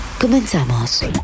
Comenzamos